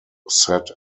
sat